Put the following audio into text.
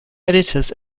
editors